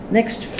Next